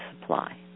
supply